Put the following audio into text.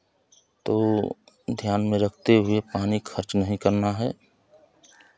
तो ध्यान में रखते हुए पानी खर्च नहीं करना है